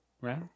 Right